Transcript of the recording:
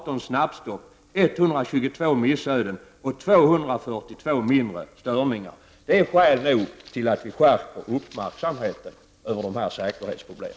Det är mycket allvarligt när sådant händer i kärnkraftverk i vår närhet. Det är skäl nog till att vi skärper uppmärksamheten när det gäller dessa säkerhetsproblem.